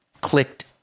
clicked